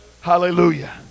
hallelujah